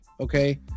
Okay